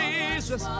Jesus